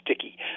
sticky